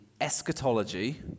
eschatology